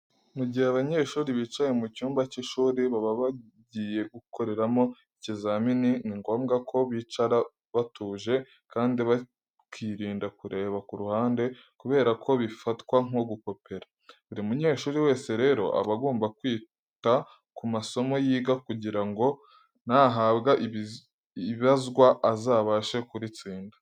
Mu gihe abanyeshuri bicaye mu cyumba cy'ishuri baba bagiye gukoreramo ikizamini, ni ngombwa ko bicara batuje kandi bakirinda kureba ku ruhande kubera ko bifatwa nko gukopera. Buri munyeshuri wese rero aba agomba kwita ku masomo yiga kugira ngo nahabwa ibazwa azabashe kuritsinda.